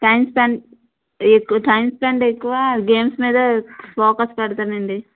time spend time spend ఎక్కువ games మీద focus పెడతాడండి